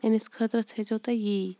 أمِس خٲطرٕ تھٲے زیٚو تُہۍ یِی